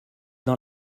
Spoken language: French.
dans